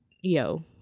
yo